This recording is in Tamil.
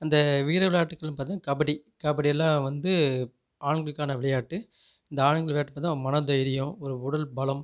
அந்த வீர விளையாட்டுக்கள்னனு பாத்திங்கன்னா கபடி கபடி எல்லாம் வந்து ஆண்களுக்கான விளையாட்டு இந்த ஆண்கள் விளையாட்டு பார்த்தா மன தைரியம் ஒரு உடல் பலம்